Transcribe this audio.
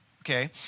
okay